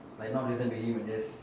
by not listen to him and just